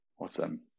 Awesome